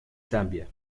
zambia